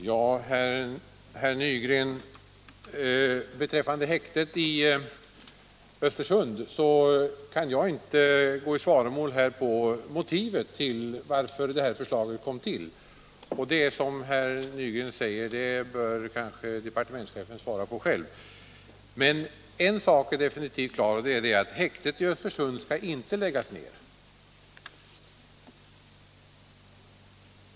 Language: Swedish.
Herr talman! När det gäller häktet i Östersund kan jag inte gå i svaromål om motivet till det här förslaget. Som herr Nygren säger bör departementschefen själv svara på det. En sak är dock definitivt klar och det är att häktet i Östersund inte skall läggas ned.